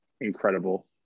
incredible